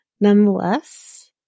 nonetheless